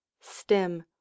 Stem